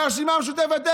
מהרשימה המשותפת,